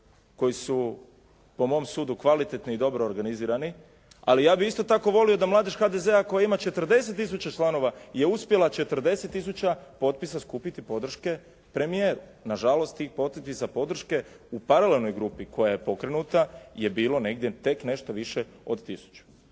koji su po mom sudu kvalitetni i dobro organizirani. Ali ja bih isto tako volio da mladež HDZ-a koja ima 40 tisuća članova je uspjela 40 tisuća potpisa skupiti podrške premijeru. Nažalost, ti potpisi za podrške u paralelnoj grupi koja je pokrenuta je bilo tek nešto više od tisuću.